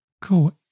cool